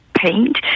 paint